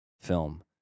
film